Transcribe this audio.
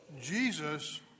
Jesus